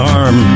arm